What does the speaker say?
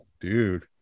Dude